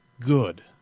good